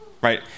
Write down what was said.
right